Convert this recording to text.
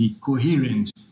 coherent